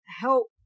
help